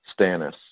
Stannis